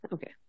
Okay